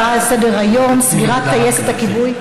אנחנו נעבור להצעה הבאה על סדר-היום: סגירת טייסת הכיבוי.